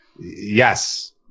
Yes